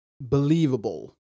believable